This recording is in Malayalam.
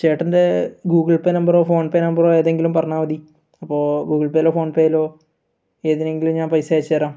ചേട്ടൻ്റെ ഗൂഗിൾ പേ നമ്പറോ ഫോൺ പേ നമ്പറോ ഏതെങ്കിലും പറഞ്ഞാൽ മതി അപ്പോൾ ഗൂഗിൾ പേയിലോ ഫോൺ പേയിലോ ഏതിനെങ്കിലും ഞാൻ പൈസ അയച്ച് തരാം